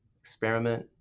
experiment